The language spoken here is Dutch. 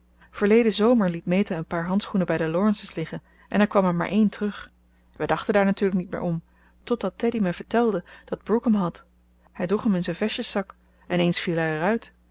verleden zomer liet meta een paar handschoenen bij de laurences liggen en er kwam er maar één terug wij dachten daar natuurlijk niet meer om totdat teddy mij vertelde dat brooke hem had hij droeg hem in zijn vestjeszak en eens viel